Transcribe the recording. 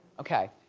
okay,